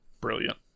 Brilliant